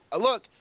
look